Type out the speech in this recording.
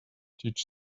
teach